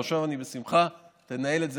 עכשיו אני, בשמחה, תנהל את זה.